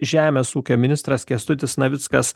žemės ūkio ministras kęstutis navickas